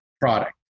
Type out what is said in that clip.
product